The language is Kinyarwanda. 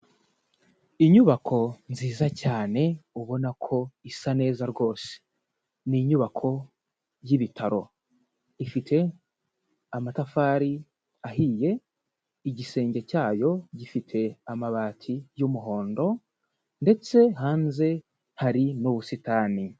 Inyubako nziza cyane ubona ko isa neza rwose, ni inyubako yibitaro ifite amatafari ahiye, igisenge cyayo gifite amabati y'umuhondo ndetse hanze hari n'ubusitani.